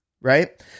right